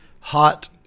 hot